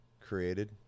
created